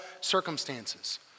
circumstances